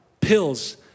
pills